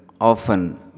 often